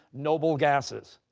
noble gases?